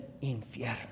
infierno